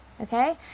okay